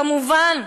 כמובן,